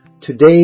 today